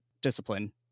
discipline